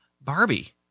Barbie